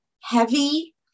heavy